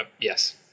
Yes